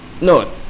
No